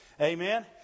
Amen